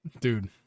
dude